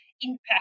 impact